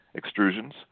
extrusions